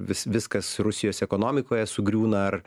vis viskas rusijos ekonomikoje sugriūna ar